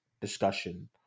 discussion